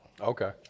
Okay